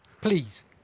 please